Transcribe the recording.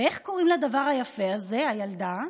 ואיך קוראים לדבר היפה הזה, הילדה?